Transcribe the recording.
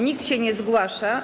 Nikt się nie zgłasza.